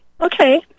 Okay